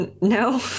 No